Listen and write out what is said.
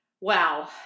Wow